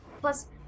Plus